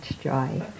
joy